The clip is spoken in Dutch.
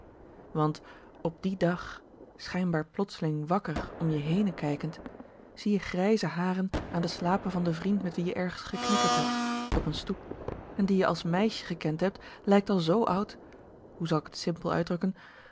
want op dièn dag schijnbaar plotsling wakker om je henen kijkend zie je grijze haren aan de slapen van den vriend met wien je ergens geknikkerd hebt op'n stoep en die je als meisje gekend hebt lijkt al zoo oud hoe zal k t simpel uitdrukken